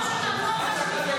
תעשה טובה.